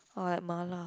or like mala